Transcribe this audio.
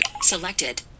Selected